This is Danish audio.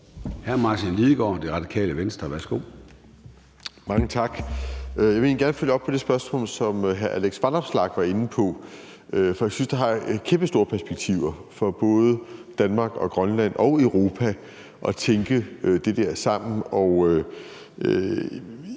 23:29 Martin Lidegaard (RV): Mange tak. Jeg vil egentlig gerne følge op på det spørgsmål, som hr. Alex Vanopslagh var inde på, for jeg synes, det har kæmpestore perspektiver for både Danmark, Grønland og Europa at tænke det der sammen.